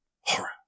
Horror